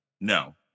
No